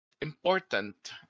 important